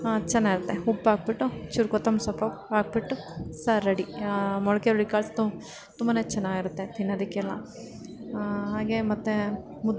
ಚೆನ್ನಾಗಿರುತ್ತೆ ಉಪ್ಪು ಹಾಕ್ಬಿಟ್ಟು ಚೂರು ಕೊತ್ತಂಬರಿ ಸೊಪ್ಪು ಹಾಕಿಬಿಟ್ಟು ಸಾರು ರೆಡಿ ಮೊಳಕೆ ಹುರುಳಿಕಾಳು ತುಂಬನೇ ಚೆನ್ನಾಗಿರುತ್ತೆ ತಿನ್ನೋದಕ್ಕೆಲ್ಲ ಹಾಗೆಯೇ ಮತ್ತೆ ಮುದ್